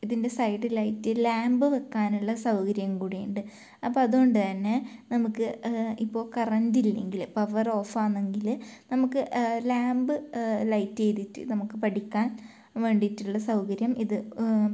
ഇതിൻ്റെ സൈഡിലായിട്ട് ലാമ്പ് വെക്കാനുള്ള സൗകര്യം കൂടിയുണ്ട് അപ്പോൾ അതുകൊണ്ടു തന്നെ നമുക്ക് ഇപ്പോൾ കറണ്ട് ഇല്ലെങ്കിൽ പവർ ഓഫ് ആണെങ്കിൽ നമുക്ക് ലാമ്പ് ലൈറ്റ് ചെയ്തിട്ട് നമുക്ക് പഠിക്കാൻ വേണ്ടിയിട്ടുള്ള സൗകര്യം ഇത്